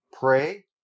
Pray